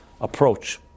approach